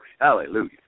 Hallelujah